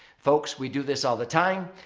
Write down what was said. folks, we do this all the time.